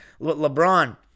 LeBron